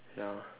ya